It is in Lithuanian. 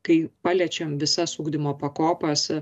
kai paliečiam visas ugdymo pakopas